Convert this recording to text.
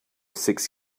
six